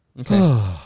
Okay